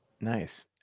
Nice